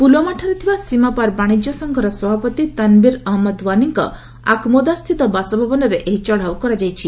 ପୁଲୱାମାଠାରେ ଥିବା ସୀମାପାର ବାଣିଜ୍ୟ ସଂଘର ସଭାପତି ତନ୍ବୀର ଅହନ୍ମଦ ଓ୍ନାନିଙ୍କ ଆକମୋଦାସ୍ଥିତ ବାସଭବନରେ ଏହି ଚଢ଼ାଉ କରାଯାଇଛି